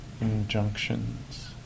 injunctions